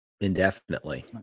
indefinitely